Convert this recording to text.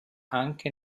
anche